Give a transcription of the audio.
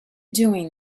doing